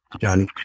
Johnny